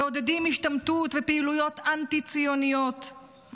מעודדים השתמטות ופעילויות אנטי-ציוניות,